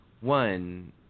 one